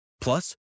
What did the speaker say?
Plus